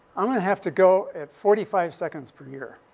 i'm going to have to go at forty five seconds per year.